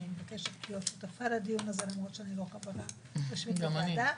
אני מבקשת להיות שותפה לדיון הזה למרות שאני לא חברה רשימת בוועדה.